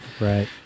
right